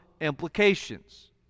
implications